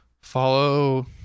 Follow